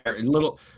Little